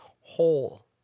whole